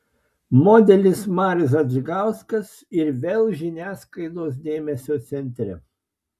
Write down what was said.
modelis marius adžgauskas ir vėl žiniasklaidos dėmesio centre